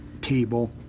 table